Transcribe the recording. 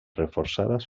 reforçades